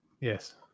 Yes